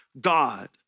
God